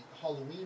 Halloween